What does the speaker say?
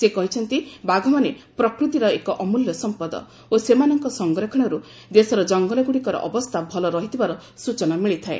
ସେ କହିଛନ୍ତି ବାଘମାନେ ପ୍ରକୃତିର ଏକ ଅମଲ୍ୟ ସମ୍ପଦ ଓ ସେମାନଙ୍କ ସଂରକ୍ଷଣର୍ ଦେଶର ଜଙ୍ଗଲଗୁଡ଼ିକର ଅବସ୍ଥା ଭଲ ରହିଥିବାର ସ୍ୱଚନା ମିଳିଥାଏ